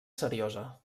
seriosa